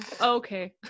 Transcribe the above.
okay